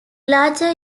larger